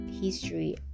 history